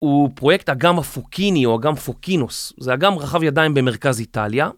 הוא פרויקט אגם הפוקיני או אגם פוקינוס. זה אגם רחב ידיים במרכז איטליה.